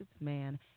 man